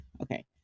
Okay